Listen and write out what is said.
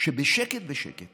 שבשקט בשקט